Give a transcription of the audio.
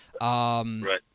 Right